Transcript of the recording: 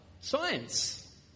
science